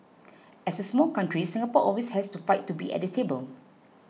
as a small country Singapore always has to fight to be at the table